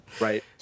Right